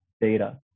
data